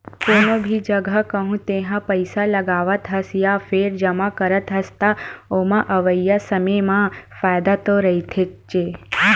कोनो भी जघा कहूँ तेहा पइसा लगावत हस या फेर जमा करत हस, त ओमा अवइया समे म फायदा तो रहिथेच्चे